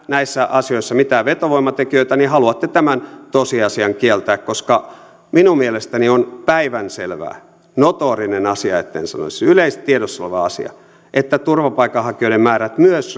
näe näissä asioissa mitään vetovoimatekijöitä niin haluatte tämän tosiasian kieltää koska minun mielestäni on päivänselvää notorinen asia etten sanoisi yleisesti tiedossa oleva asia että turvapaikanhakijoiden määrät myös